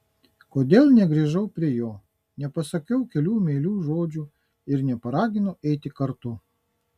kodėl negrįžau prie jo nepasakiau kelių meilių žodžių ir neparaginau eiti kartu